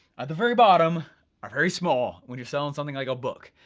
at the very bottom are very small when you're selling something like a book,